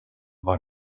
var